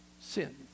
sin